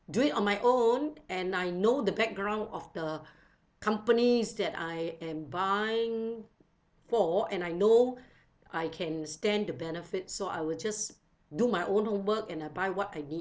do it on my own and I know the background of the companies that I am buying for and I know I can stand the benefits so I will just do my own work and I buy what I did